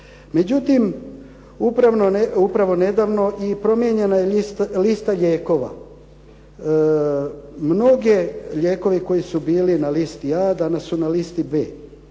Međutim, upravo nedavno je promijenjena lista lijekova. Mnogi lijekovi koji su bili na listi A, danas su na listi B.